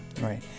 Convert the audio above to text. Right